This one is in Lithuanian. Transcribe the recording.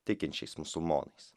tikinčiais musulmonais